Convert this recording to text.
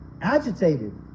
agitated